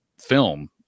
film